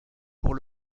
pour